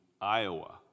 Iowa